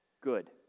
good